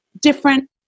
different